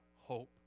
hope